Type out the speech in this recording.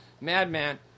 madman